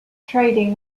trading